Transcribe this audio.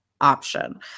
option